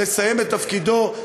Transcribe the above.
לסיים את תפקידו,